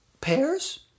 pears